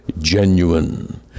genuine